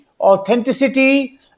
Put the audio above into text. authenticity